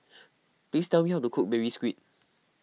please tell me how to cook Baby Squid